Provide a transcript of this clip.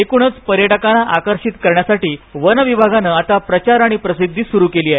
एकूणच पर्यटकांना आकर्षित करण्यासाठी वनविभागान आता प्रचार प्रसिद्धी सुरु केली आहे